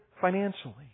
financially